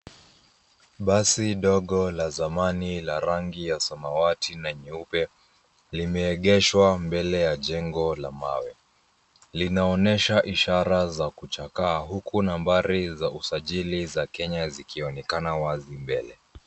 Basi dogo la zamani la rangi ya samawati na nyeupe limeegeshwa mbele ya jengo la mawe ,linaonyesha ishara za kuchakaa huku nambari za usajili za Kenya zikionekana wazi mbele.